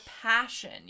passion